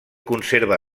conserva